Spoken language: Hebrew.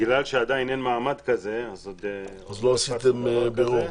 בגלל שעדיין אין מעמד כזה אז --- אז לא עשיתם בירור?